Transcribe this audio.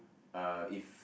uh if